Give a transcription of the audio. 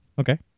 Okay